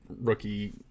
rookie